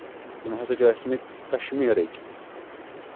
تِم ہَسا چھِ ٲسۍ مٕتۍ کشمیٖرٕکۍ